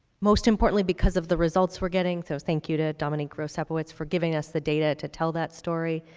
most importantly because of the results we're getting, so thank you to dominique roe-sepowitz for giving us the data to tell that story.